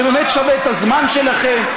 שבאמת שווה את הזמן שלכם,